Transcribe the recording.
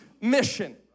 mission